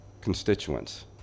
constituents